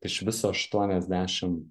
tai iš viso aštuoniasdešim